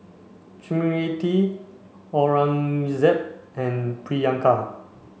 Smriti Aurangzeb and Priyanka